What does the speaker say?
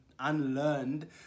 unlearned